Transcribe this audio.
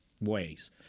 ways